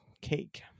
cake